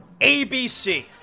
ABC